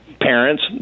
parents